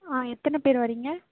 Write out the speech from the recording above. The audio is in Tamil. ஆ எத்தனை பேர் வரிங்க